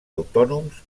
autònoms